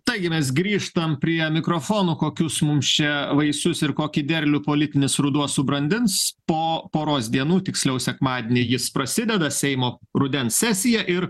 taigi mes grįžtam prie mikrofonų kokius mums čia vaisius ir kokį derlių politinis ruduo subrandins po poros dienų tiksliau sekmadienį jis prasideda seimo rudens sesija ir